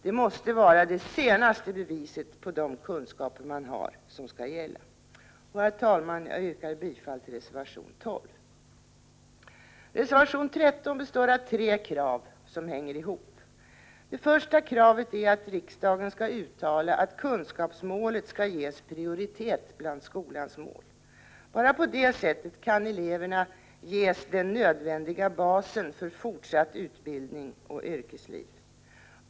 Det RK måste vara det senaste beviset på de kunskaper man har som skall gälla. Herr talman! Jag yrkar bifall till reservation 13. Reservation 14 består av tre krav som hänger ihop. Det första kravet är att riksdagen skall uttala att kunskapsmålet skall ges prioritet bland skolans mål. Bara på det sättet kan eleverna ges den nödvändiga basen för fortsatt utbildning och yrkesliv.